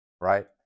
Right